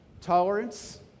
tolerance